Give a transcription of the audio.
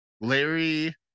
larry